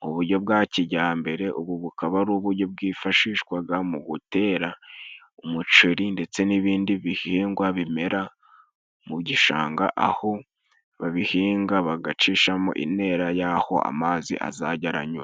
mu buryo bwa kijyambere, ubu bukaba ari uburyo bwifashishwaga mu gutera umuceri, ndetse n'ibindi bihingwa bimera mu gishanga aho babihinga bagacishamo intera y'aho amazi azajya aranyura.